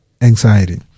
Anxiety